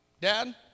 dad